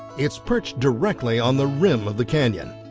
it's perched directly on the rim of the canyon.